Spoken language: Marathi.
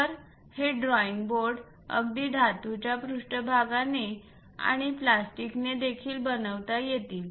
तर हे ड्रॉइंग बोर्ड अगदी धातूच्या पृष्ठभागाने आणि प्लास्टिकने देखील बनवता येतील